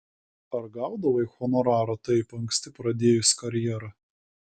ar gaudavai honorarą taip anksti pradėjusi karjerą